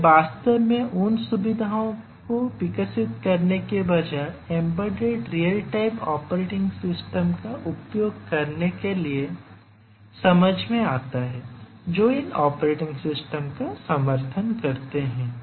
तो यह वास्तव में उन सुविधाओं को विकसित करने के बजाय embedded real time operating system का उपयोग करने के लिए समझ में आता है जो इन ऑपरेटिंग सिस्टम का समर्थन करते हैं